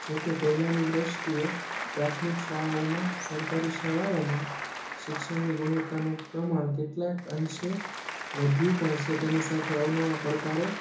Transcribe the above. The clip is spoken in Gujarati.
જો કે પહેલાંની દૃષ્ટિએ પ્રાથમિક શાળાઓમાં સરકારી શાળાઓમાં શિક્ષણની ગુણવત્તાનું પ્રમાણ કેટલાક અંશે વધ્યું પણ છે તેની સાથે અવનવા પડકારો